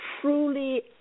truly